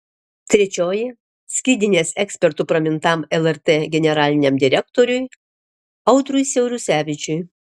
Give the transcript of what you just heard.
trečioji skydinės ekspertu pramintam lrt generaliniam direktoriui audriui siaurusevičiui